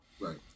Right